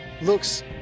looks